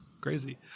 crazy